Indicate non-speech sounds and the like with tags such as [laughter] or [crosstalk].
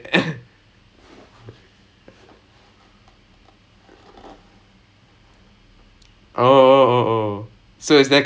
you are talking about law I am talking about methods how to answer the question நான் அங்கே போயிட்டு இருக்கேன்:naan angae poyittu irukken [laughs] exactly exactly